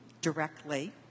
directly